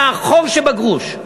מהחור שבגרוש.